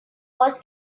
wars